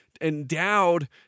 endowed